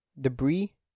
debris